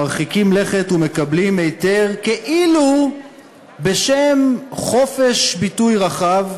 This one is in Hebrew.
מרחיקים לכת ומקבלים היתר כאילו בשם חופש ביטוי רחב,